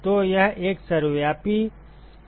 तो यह एक सर्वव्यापी प्रतिनिधित्व है